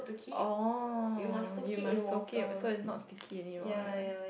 orh you must soak it so its not sticky anymore right